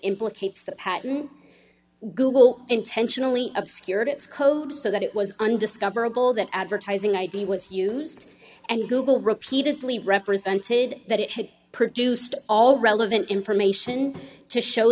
implicates the patent google intentionally obscured its code so that it was undiscoverable that advertising id was used and google repeatedly represented that it had produced all relevant information to show